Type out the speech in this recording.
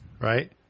right